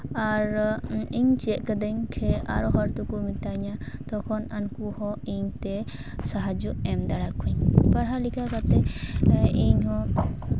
ᱟᱨ ᱤᱧ ᱪᱮᱫ ᱠᱟᱹᱫᱟᱹᱧ ᱟᱨ ᱦᱚᱲ ᱫᱚᱠᱚ ᱢᱤᱛᱟᱹᱧᱟ ᱛᱚᱠᱷᱚᱱ ᱩᱱᱠᱩ ᱦᱚᱸ ᱤᱧ ᱛᱮ ᱥᱟᱦᱟᱡᱽᱡᱚ ᱮᱢ ᱫᱟᱲᱮ ᱠᱚᱣᱟᱧ ᱯᱟᱲᱦᱟ ᱞᱮᱠᱷᱟ ᱠᱟᱛᱮ ᱤᱧ ᱦᱚᱸ